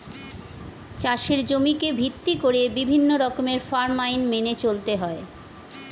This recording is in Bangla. চাষের জমিকে ভিত্তি করে বিভিন্ন রকমের ফার্ম আইন মেনে চলতে হয়